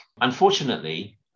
Unfortunately